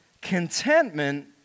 contentment